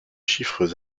chiffres